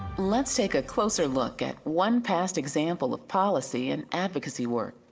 let's take a closer look at one past example of policy and advocacy work.